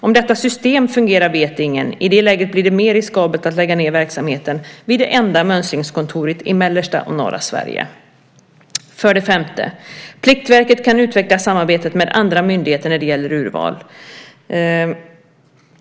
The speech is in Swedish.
Om detta system fungerar vet ingen. I det läget blir det mer riskabelt att lägga ned verksamheten vid det enda mönstringskontoret i mellersta och norra Sverige. 5. Pliktverket kan utveckla samarbetet med andra myndigheter när det gäller urval.